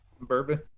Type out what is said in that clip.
Bourbon